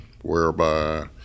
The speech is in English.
whereby